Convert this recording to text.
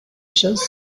chose